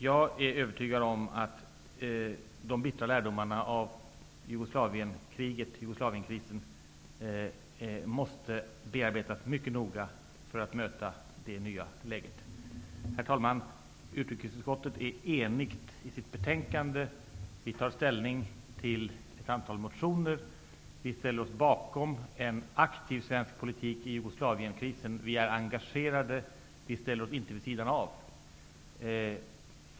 Jag är övertygad om att de bittra lärdomarna av Jugoslavienkrisen måste bearbetas mycket noga för att möta det nya läget. Herr talman! Utrikesutskottet är enigt i sitt betänkande. Vi tar ställning till ett antal motioner. Vi ställer oss bakom en aktiv svensk politik i Jugoslavienkrisen. Vi är engagerade och ställer oss inte vid sidan av.